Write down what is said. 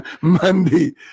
Monday